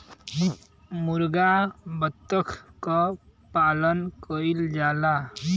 मुरगा बत्तख क पालन कइल जाला